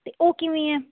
ਅਤੇ ਉਹ ਕਿਵੇਂ ਹੈ